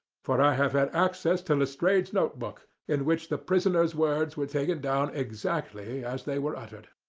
for i have had access to lestrade's note-book, in which the prisoner's words were taken down exactly as they were uttered.